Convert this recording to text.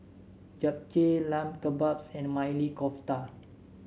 Japchae Lamb Kebabs and Maili Kofta